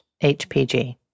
HPG